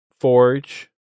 Forge